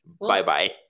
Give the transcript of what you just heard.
bye-bye